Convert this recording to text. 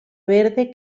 verde